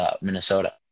Minnesota